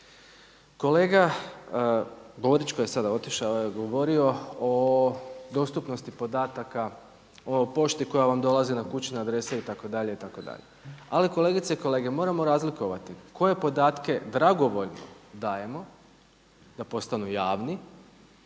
Kolega Borić koji je sada otišao je govorio o dostupnosti podataka o pošti koja vam dolazi na kućne adrese itd., itd. ali kolegice i kolege, moramo razlikovati koje podatke dragovoljno dajemo da postanu javni